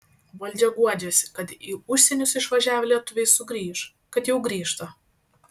valdžia guodžiasi kad į užsienius išvažiavę lietuviai sugrįš kad jau grįžta